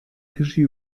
regie